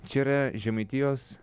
čia yra žemaitijos